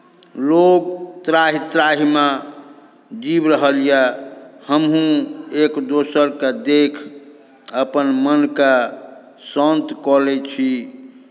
लोक त्राहि त्राहिमे जीवि रहल यए हमहूँ एक दोसरकेँ देखि अपन मनकेँ शान्त कऽ लैत छी